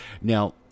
Now